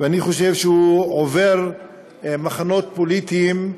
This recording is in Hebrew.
ואני חושב שהוא חוצה מחנות פוליטיים.